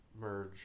merge